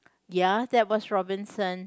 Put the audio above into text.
ya that was Robinson